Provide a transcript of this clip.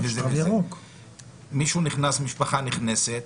משפחה נכנסת,